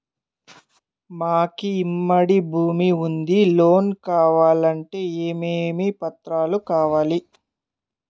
మాకు ఉమ్మడి భూమి ఉంది లోను కావాలంటే ఏమేమి పత్రాలు కావాలి?